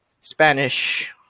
Spanish